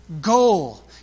goal